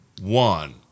one